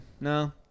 No